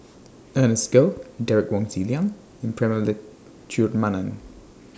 Ernest Goh Derek Wong Zi Liang and Prema Letchumanan